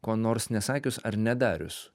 ko nors nesakius ar nedarius